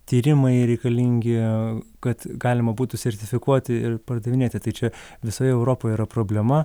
tyrimai reikalingi kad galima būtų sertifikuoti ir pardavinėti tai čia visoje europoje yra problema